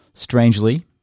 Strangely